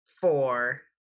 Four